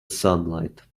sunlight